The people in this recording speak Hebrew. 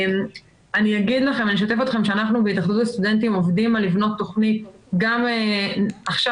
אני אשתף אתכם שאנחנו בהתאחדות הסטודנטים עובדים על לבנות תוכנית גם עכשיו